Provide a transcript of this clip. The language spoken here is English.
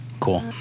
Cool